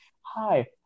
Hi